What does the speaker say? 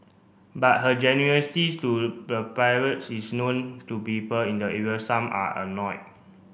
but her generosity to the is known to people in the area some are annoy